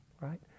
right